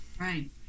Right